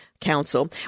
Council